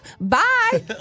Bye